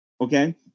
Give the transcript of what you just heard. okay